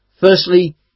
Firstly